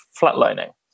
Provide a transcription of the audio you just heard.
flatlining